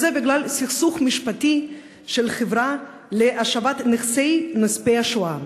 וזה בגלל סכסוך משפטי של החברה להשבת נכסים של נספי השואה.